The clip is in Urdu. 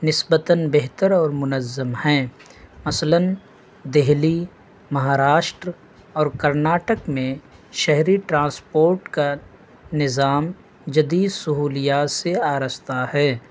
نسبتاً بہتر اور منظم ہیں مثلاً دہلی مہاراشٹر اور کرناٹک میں شہری ٹرانسپورٹ کا نظام جدید سہولیات سے آراستہ ہے